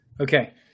Okay